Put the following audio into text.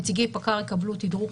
נציגי פקע"ר יקבלו מאתנו תדרוך,